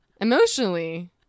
Emotionally